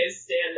stand